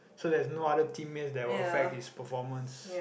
so that there is no other teammates that will affect his performance